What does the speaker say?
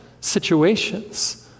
situations